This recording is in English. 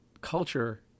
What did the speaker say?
culture